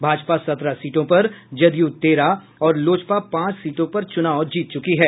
भाजपा सत्रह सीटों पर जदयू तेरह और लोजपा पांच सीटों पर चुनाव जीत चुकी है